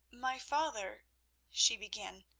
my father she began.